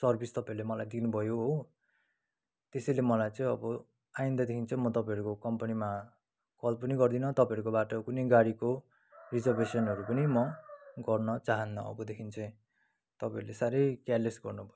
service तपाईँहरूले मलाई दिनुभयो हो त्यसैले मलाई चाहिँ अब आइन्दादेखि चाहिँ तपाईँहरूको कम्पनीमा कल पनि गर्दिनँ तपाईँहरूकोबाट कुनै गाडीको रिजर्भेसनहरू पनि म गर्न चाहन्न अबदेखि चाहिँ तपाईँहरूले साह्रै केयरलेस गर्नुभयो